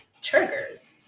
triggers